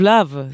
Love